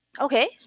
okay